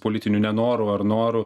politiniu nenoru ar noru